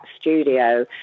studio